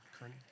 Kearney